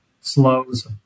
slows